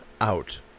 out